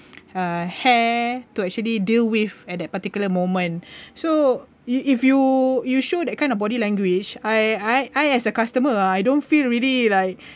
uh hair to actually deal with at that particular moment so if you you show that kind of body language I I I as a customer ah I don't feel already like